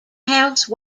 house